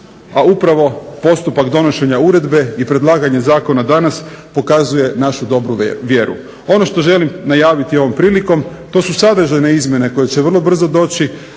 a upravo postupak donošenja uredbe i predlaganje zakona danas pokazuje našu dobru vjeru. Ono što želim najaviti ovom prilikom to su sadržajne izmjene koje će vrlo brzo doći,